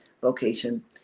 vocation